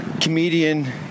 comedian